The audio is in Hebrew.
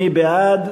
מי בעד?